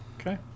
Okay